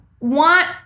want